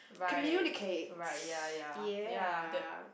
communicate ya